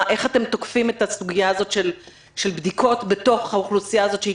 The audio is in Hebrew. איך אתם תוקפים את הסוגיה הזאת של בדיקות בתוך האוכלוסייה הזאת,